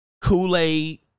Kool-Aid